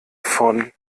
von